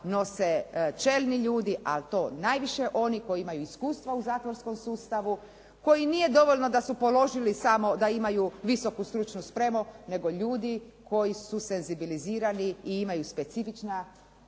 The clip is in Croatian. nose čelni ljudi, a to najviše oni koji imaju iskustva u zatvorskom sustavu, koji nije dovoljno da su položili samo, da imaju visoku stručnu spremu, nego ljudi koji su senzibilizirani i imaju specifična